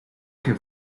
que